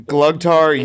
Glugtar